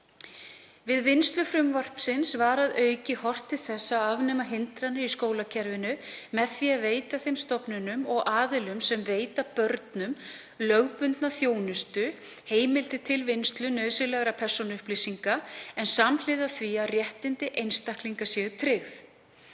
Við vinnslu frumvarpsins var að auki horft til þess að afnema hindranir í skólakerfinu með því að veita þeim stofnunum og aðilum sem veita börnum lögbundna þjónustu heimildir til vinnslu nauðsynlegra persónuupplýsinga, en samhliða því að réttindi einstaklinga séu tryggð.